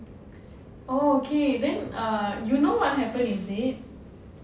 oh okay then err you know what happen is it